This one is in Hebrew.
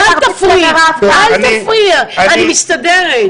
אל תפריעי, אני מסתדרת.